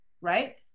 right